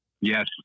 Yes